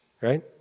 right